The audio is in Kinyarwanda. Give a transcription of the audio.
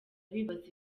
bibaza